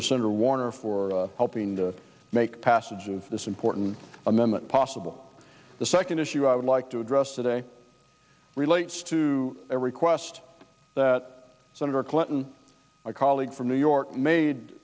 senator warner for helping to make passage of this important amendment possible the second issue i would like to address today relates to a request that senator clinton my colleague from new york made